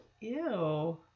Ew